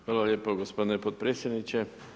Hvala lijepo gospodine potpredsjedniče.